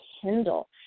Kindle